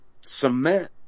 cement